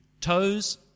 Toes